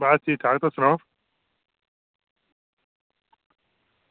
बस ठीक ठाक तुस सनाओ